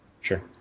sure